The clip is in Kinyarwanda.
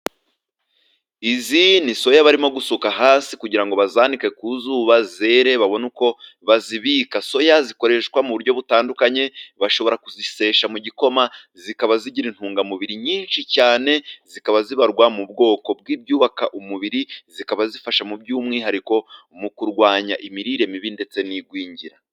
Izi ni soya barimo gusuka hasi kugira ngo bazanike ku zuba zere babone uko bazibika. Soya zikoreshwa mu buryo butandukanye bashobora kuziseshamo igikoma zikaba zigira intungamubiri nyinshi cyane zikaba zibarwa mu bwoko bw'ibyubaka umubiri, zikaba zifasha mu by'umwihariko mu kurwanya imirire mibi ndetse n'igwingira.